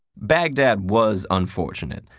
baghdad was unfortunate,